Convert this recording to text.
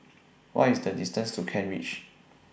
What IS The distance to Kent Ridge